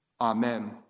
Amen